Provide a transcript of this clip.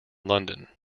london